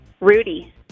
Rudy